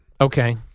Okay